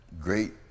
great